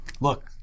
Look